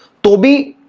will be